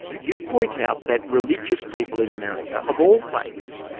you point out that religious people in america, of all faiths,